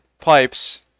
pipes